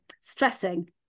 stressing